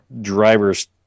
driver's